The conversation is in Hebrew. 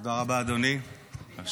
תודה רבה, אדוני היושב-ראש.